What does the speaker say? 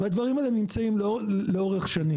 והדברים האלה נמצאים לאורך שנים.